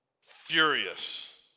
furious